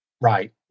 right